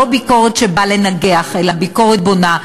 לא ביקורת שבאה לנגח, אלא ביקורת בונה.